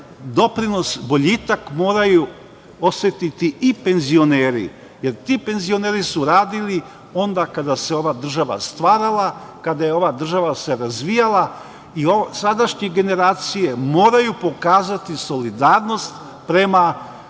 doprinos, boljitak moraju osetiti i penzioneri, jer ti penzioneri su radili onda kada se ova država stvarala, kada je ova država se razvijala. Sadašnje generacije moraju pokazati solidarnost prema